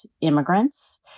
immigrants